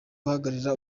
guhagararira